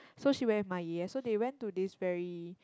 so she went with my 爷爷 so they went to this very